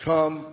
Come